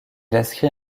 inscrit